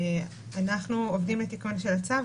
אנחנו עובדים על תיקון של הצו,